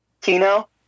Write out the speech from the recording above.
Tino